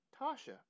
Tasha